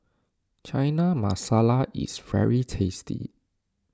Chana Masala is very tasty